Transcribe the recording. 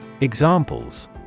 Examples